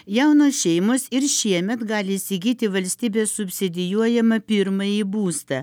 jaunos šeimos ir šiemet gali įsigyti valstybės subsidijuojamą pirmąjį būstą